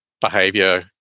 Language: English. behavior